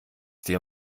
dir